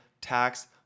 tax